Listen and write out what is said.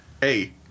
hey